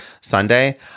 Sunday